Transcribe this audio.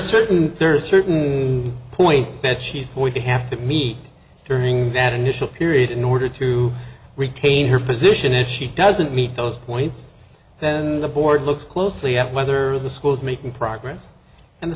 there's certain points that she's going to have to meet during that initial period in order to retain her position if she doesn't meet those points then the board looks closely at whether the school is making progress and the